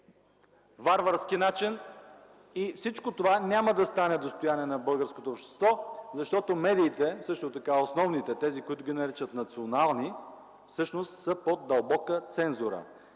варварски начин момче. Всичко това няма да стане достояние на българското общество, защото медиите, основните – тези, които ги наричат национални, всъщност са под дълбока цензура.